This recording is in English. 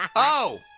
oh,